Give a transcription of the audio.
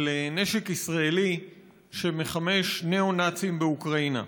נשק ישראלי שמחמש ניאו-נאצים באוקראינה.